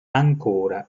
ancora